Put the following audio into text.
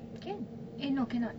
can eh no cannot